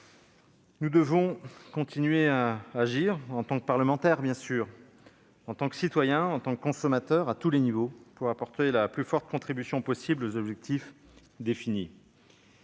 Nous devons continuer à agir, en tant que parlementaires, bien sûr, en tant que citoyens, en tant que consommateurs, à tous les niveaux, pour apporter la plus forte contribution possible à l'atteinte des objectifs définis.